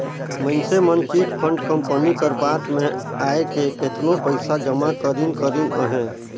मइनसे मन chit fund company कर बात में आएके केतनो पइसा जमा करिन करिन अहें